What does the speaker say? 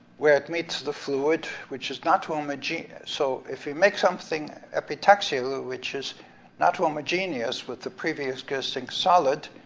where it meets the fluid, which is not homogeneous, so if you make something epitaxy like which is not homogeneous with the previous existing solid,